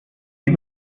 die